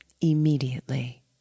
immediately